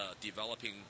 developing